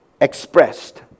expressed